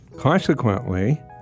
Consequently